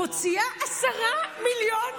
מוציאה 10 מיליון שקל,